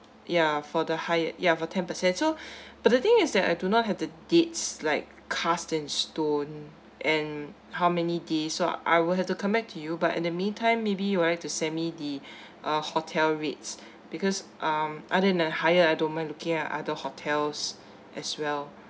ya for the hyatt yeah for ten per cent so but the thing is that I do not have the dates like cast and stone and how many days so I will have to come back to you but in the meantime maybe you want it to send me the uh hotel rates because um other than higher I don't mind looking at other hotels as well